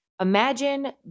Imagine